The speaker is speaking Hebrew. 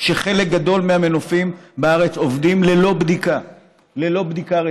שחלק מהמנופים בארץ עובדים ללא בדיקה רצינית.